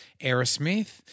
Aerosmith